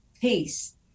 peace